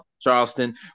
Charleston